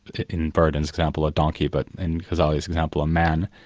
in buridan's example, a donkey, but in ghazali's example a man,